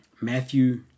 Matthew